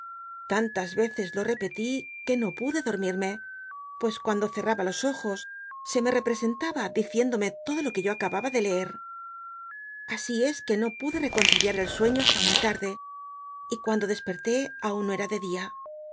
tantas veces lo repetí que no pude dormirme pues cuando cerraba los ojos se me representaba diciendome todo lo que yo acababa de leer asi es que no pude reconciliar el sueño hasta muy tarde y cuando desperté aun no era dedia al